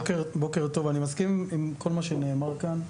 בוקר טוב, אני מסכים עם כל מה שנאמר כאן.